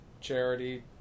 charity